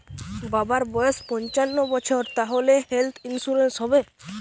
বাবার বয়স পঞ্চান্ন বছর তাহলে হেল্থ ইন্সুরেন্স হবে?